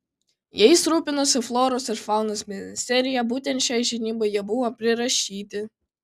jais rūpinosi floros ir faunos ministerija būtent šiai žinybai jie buvo prirašyti